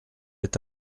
est